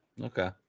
Okay